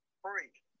free